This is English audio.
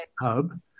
Hub